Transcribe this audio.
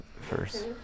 first